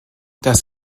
das